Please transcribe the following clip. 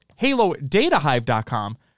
halodatahive.com